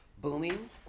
booming